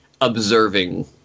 observing